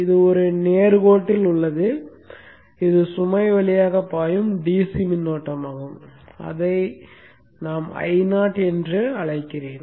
இது ஒரு நேர் கோட்டில் உள்ளது மற்றும் இது சுமை வழியாக பாயும் DC மின்னோட்டமாகும் அதை நாம் Io என அழைப்போம்